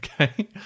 okay